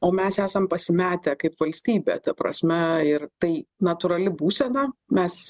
o mes esam pasimetę kaip valstybė ta prasme ir tai natūrali būsena mes